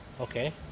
Okay